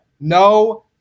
No